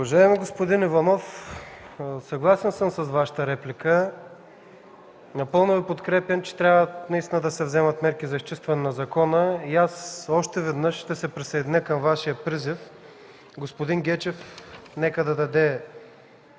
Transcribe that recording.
Уважаеми господин Иванов, съгласен съм с Вашата реплика. Напълно Ви подкрепям, че трябва наистина да се вземат мерки за изчистване на закона. Аз още веднъж ще се присъединя към Вашия призив – господин Гечев нека да даде